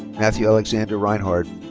matthew alexander reinhard.